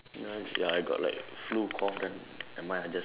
ya ya I got like flu cough then nevermind I just